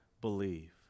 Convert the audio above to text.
believe